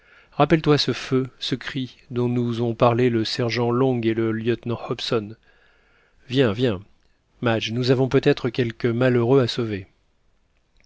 rappelle-toi ce feu ce cri dont nous ont parlé le sergent long et le lieutenant hobson viens viens madge nous avons peut-être quelque malheureux à sauver